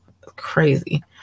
Crazy